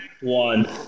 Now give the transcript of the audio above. one